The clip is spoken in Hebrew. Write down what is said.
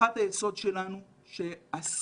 הנחת היסוד שלנו היא שהסגר,